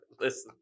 listen